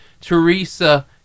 Teresa